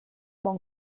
bon